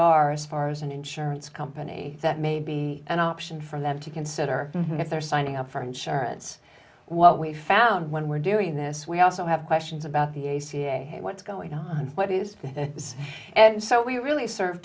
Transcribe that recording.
are as far as an insurance company that may be an option for them to consider and if they're signing up for insurance what we found when we're doing this we also have questions about the a ca what's going on what is it that is and so we really serve